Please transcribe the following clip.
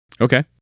Okay